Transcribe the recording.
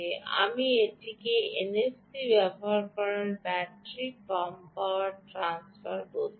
আমি এটিকে এনএফসি ব্যবহার করে ব্যাটারির কম পাওয়ার ট্রান্সফার বলতে চাই